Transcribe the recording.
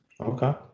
okay